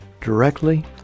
directly